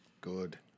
Good